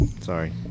Sorry